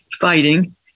fighting